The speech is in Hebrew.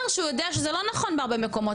שהוא יודע שזה לא נכון בהרבה מקומות,